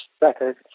record